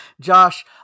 Josh